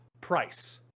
price